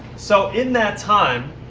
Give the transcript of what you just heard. so in that time,